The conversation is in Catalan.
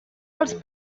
els